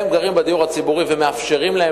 הם גרים בדיור הציבורי ומאפשרים להם